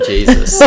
Jesus